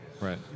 Right